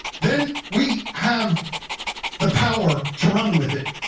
then we have the power to run with it,